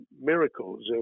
miracles